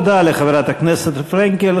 תודה לחברת פרנקל.